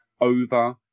over